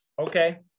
Okay